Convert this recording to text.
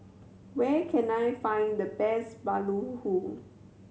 where can I find the best baluhu